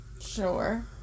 Sure